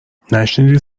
نشنیدی